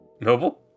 Noble